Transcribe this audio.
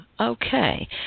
Okay